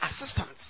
assistants